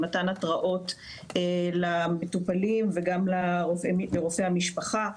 למתן התראות למטופלים וגם לרופאי המשפחה.